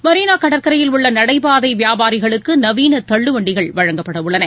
மெரினா கடற்கரையில் உள்ள நடைபாதை வியாபாரிகளுக்கு நவீன தள்ளு வண்டிகள் வழங்கப்படவுள்ளன